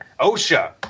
Osha